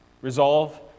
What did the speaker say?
resolve